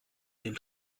den